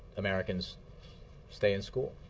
americans stay in school,